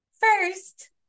first